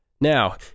Now